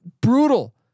brutal